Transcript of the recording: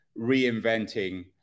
reinventing